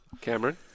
Cameron